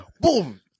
Boom